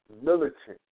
militant